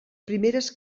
primeres